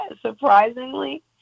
Surprisingly